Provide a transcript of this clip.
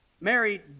Mary